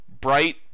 bright